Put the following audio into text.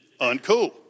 Uncool